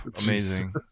Amazing